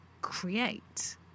create